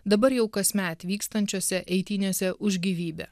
dabar jau kasmet vykstančiose eitynėse už gyvybę